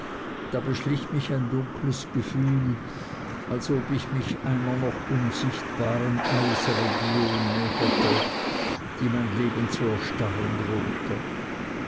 da beschlich mich ein dunkles gefühl als ob ich mich einer noch unsichtbaren eisregion näherte die mein leben zu erstarren drohte